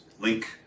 link